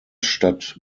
stadt